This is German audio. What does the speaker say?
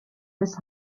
des